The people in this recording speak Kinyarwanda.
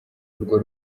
urwo